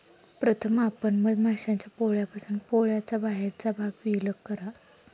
प्रथम आपण मधमाश्यांच्या पोळ्यापासून पोळ्याचा बाहेरचा भाग विलग करा